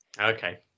Okay